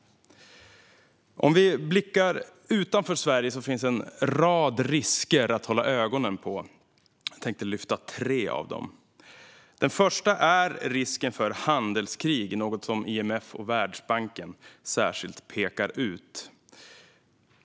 Om vi blickar utanför Sverige ser vi en rad risker att hålla ögonen på, och jag tänker lyfta tre av dem. Den första är risken för handelskrig, något som IMF och Världsbanken särskilt pekar ut.